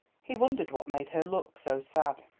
he wondered what made her look so sad.